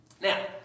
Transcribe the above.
Now